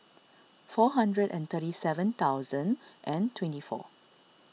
four hundred and thirty seven thousand and twenty four